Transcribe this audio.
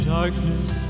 darkness